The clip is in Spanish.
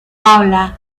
paula